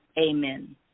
Amen